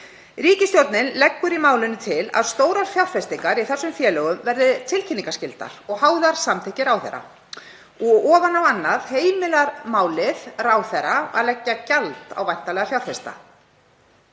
Ríkisstjórnin leggur í málinu til að stórar fjárfestingar í þessum félögum verði tilkynningarskyldar og háðar samþykki ráðherra og ofan á annað felur málið í sér heimild til ráðherra að leggja gjald á væntanlega fjárfesta.